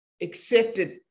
accepted